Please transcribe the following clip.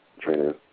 trainers